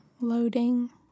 loading